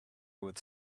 with